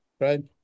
right